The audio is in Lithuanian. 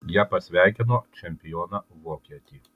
jie pasveikino čempioną vokietį